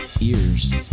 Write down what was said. ears